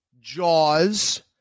Jaws